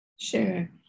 Sure